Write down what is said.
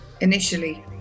initially